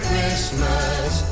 Christmas